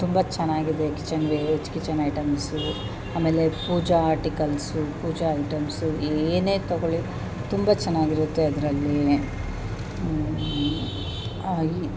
ತುಂಬ ಚೆನ್ನಾಗಿದೆ kitchenware kitchen items ಆಮೇಲೆ ಪೂಜಾ ಆರ್ಟಿಕಲ್ಸು ಪೂಜಾ ಐಟಮ್ಸು ಏನೇ ತಗೊಳ್ಳಿ ತುಂಬ ಚೆನ್ನಾಗಿರುತ್ತೆ ಅದರಲ್ಲೀ ಆ ಈ